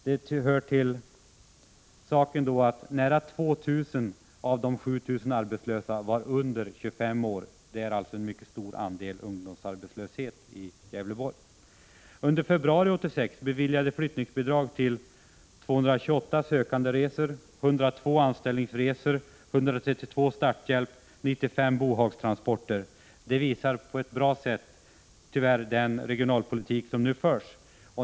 Det hör till saken att nära 2 000 av de 7 100 arbetslösa 117 var under 25 år. Det är alltså en mycket stor andel ungdomsarbetslöshet i Gävleborg. Under februari 1986 beviljades flyttningsbidrag till 228 sökanderesor, 102 anställningsresor, 132 starthjälp och 95 bohagstransporter. Detta visar på ett bra sätt, tyvärr, den regionalpolitik som nu förs.